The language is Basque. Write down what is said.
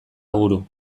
aburu